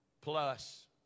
plus